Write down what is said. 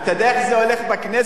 אתה יודע איך זה הולך בכנסת,